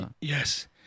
Yes